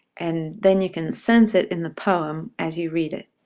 and then you can sense it in the poem, as you read it.